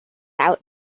out